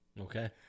Okay